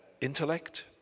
intellect